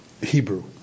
Hebrew